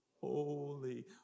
holy